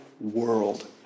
world